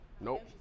Nope